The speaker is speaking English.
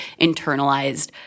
internalized